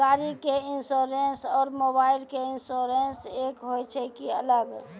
गाड़ी के इंश्योरेंस और मोबाइल के इंश्योरेंस एक होय छै कि अलग?